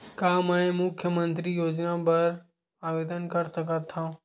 का मैं मुख्यमंतरी योजना बर आवेदन कर सकथव?